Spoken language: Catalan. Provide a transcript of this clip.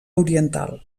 oriental